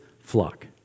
flock